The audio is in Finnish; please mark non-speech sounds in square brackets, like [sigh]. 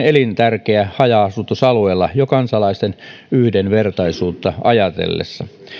[unintelligible] elintärkeä haja asutusalueilla jo kansalaisten yhdenvertaisuutta ajatellen